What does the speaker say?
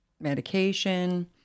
medication